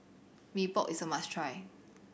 Mee Pok is a must try